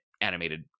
animated